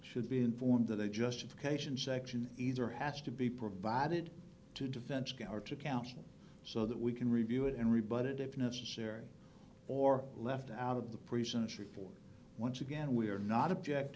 should be informed that a justification section either has to be provided to defend our to counsel so that we can review it and rebut it if necessary or left out of the present for once again we are not object